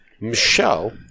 Michelle